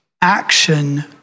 action